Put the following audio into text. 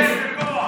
מירב,